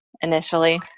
initially